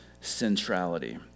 centrality